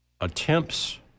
attempts